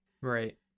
Right